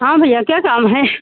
हाँ भैया क्या काम है